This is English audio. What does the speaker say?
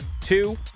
two